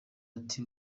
ati